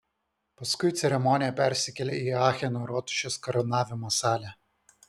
paskui ceremonija persikėlė į acheno rotušės karūnavimo salę